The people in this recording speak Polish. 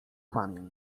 kłamię